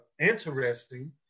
interesting